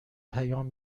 پیام